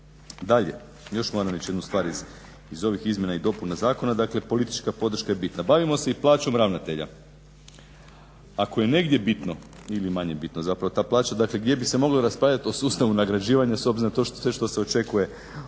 Dalje, još moram reći jednu stvar iz ovih izmjena i dopuna zakona, dakle politička podrška je bitna. Bavimo se i plaćom ravnatelja. Ako je negdje bitno ili manje bitno zapravo ta plaća, dakle gdje bi se moglo raspravljat o sustavu nagrađivanja s obzirom da to sve što se očekuje od